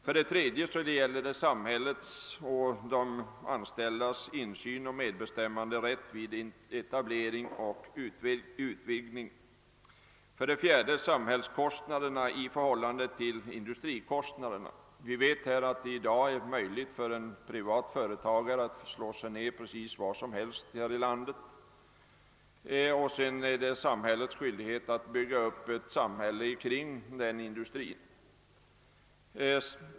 För det tredje gäller det samhällets och de anställdas insyn och medbestämmanderätt vid etablering och utvidgning. För det fjärde gäller det samhällskostnaderna i förhållande till industrikostnaderna. Vi vet att det i dag är möjligt för en privat företagare att slå sig ned precis var som helst här i landet. Sedan är det det allmännas skyldighet att bygga upp ett samhälle omkring industrin.